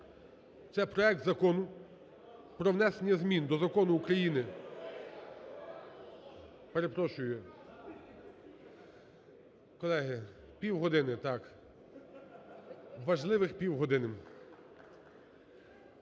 це проект Закону про внесення змін до Закону України… Перепрошую, колеги, півгодини, так, важливих півгодини,